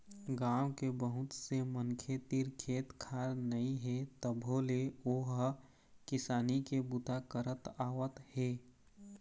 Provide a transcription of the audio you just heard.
गाँव के बहुत से मनखे तीर खेत खार नइ हे तभो ले ओ ह किसानी के बूता करत आवत हे